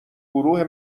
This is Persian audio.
گروه